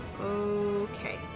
Okay